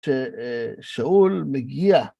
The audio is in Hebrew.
שאול מגיע.